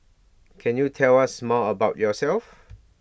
can you tell us more about yourself